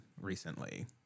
recently